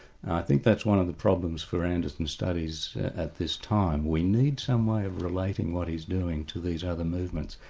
i think that's one of the problems for anderson studies at this time. we need some way of relating what he's doing to these other movements,